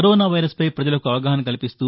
corona virus పై ప్రజలకు అవగాహన కల్పిస్తూ